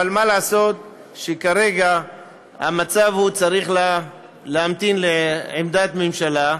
אבל מה לעשות שכרגע המצב הוא שצריך להמתין לעמדת ממשלה.